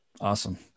awesome